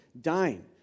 dying